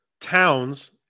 Towns